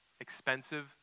Expensive